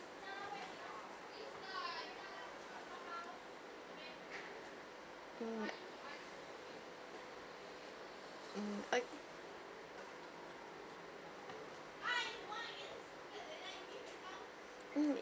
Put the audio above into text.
mm mm oh